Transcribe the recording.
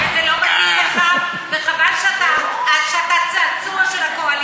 זה לא מתאים לך, וחבל שאתה צעצוע של הקואליציה.